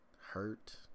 hurt